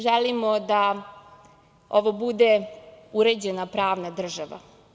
Želimo da ovo bude uređena pravna država.